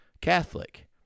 Catholic